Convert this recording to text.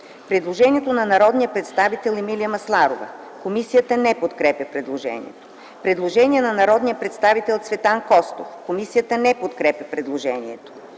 Предложение на народния представител Емилия Масларова. Комисията подкрепя предложението. Предложение на народния представител Цветан Костов. Комисията подкрепя предложението.